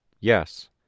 Yes